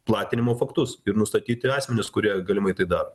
platinimo faktus ir nustatyti asmenis kurie galimai tai daro